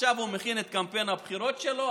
עכשיו הוא מכין את קמפיין הבחירות שלו,